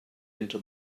into